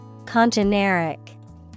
Congeneric